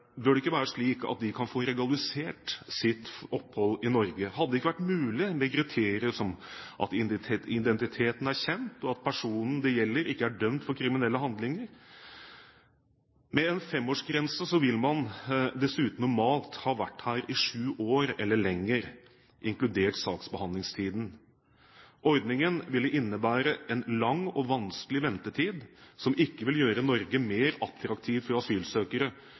Bør det ikke være slik at asylsøkere som Norge ikke har kunnet returnere fem år etter endelig avslag, kan få regularisert sitt opphold i Norge? Hadde det ikke vært mulig med kriterier som at identiteten er kjent, og at personen det gjelder, ikke er dømt for kriminelle handlinger? Med en femårsgrense vil man dessuten normalt ha vært her i sju år eller lenger, inkludert saksbehandlingstiden. Ordningen ville innebære en lang og vanskelig ventetid som ikke vil gjøre Norge mer attraktiv for asylsøkere